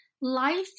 Life